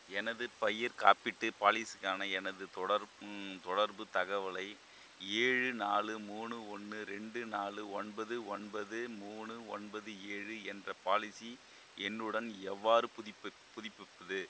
எனது பயிர்க் காப்பீட்டு பாலிசிக்கான எனது தொடர் தொடர்புத் தகவலை ஏழு நாலு மூணு ஒன்று ரெண்டு நாலு ஒன்பது ஒன்பது மூணு ஒன்பது ஏழு என்ற பாலிசி எண்ணுடன் எவ்வாறு புதுப்பிப் புதுப்பிப்பது